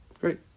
Great